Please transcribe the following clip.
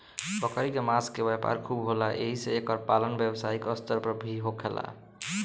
बकरी के मांस के व्यापार खूब होला एही से एकर पालन व्यवसायिक स्तर पर भी होखेला